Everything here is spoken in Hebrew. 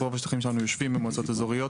רוב השטחים שלנו יושבים במועצות אזוריות,